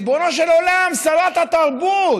ריבונו של עולם, שרת התרבות.